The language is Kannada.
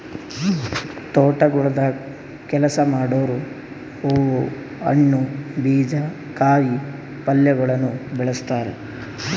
ತೋಟಗೊಳ್ದಾಗ್ ಕೆಲಸ ಮಾಡೋರು ಹೂವು, ಹಣ್ಣು, ಬೀಜ, ಕಾಯಿ ಪಲ್ಯಗೊಳನು ಬೆಳಸ್ತಾರ್